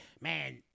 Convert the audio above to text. man